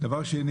דברי שני,